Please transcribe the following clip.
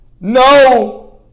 No